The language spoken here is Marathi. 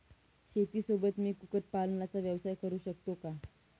शेतीसोबत मी कुक्कुटपालनाचा व्यवसाय करु शकतो का?